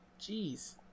Jeez